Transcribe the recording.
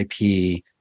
IP